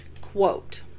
quote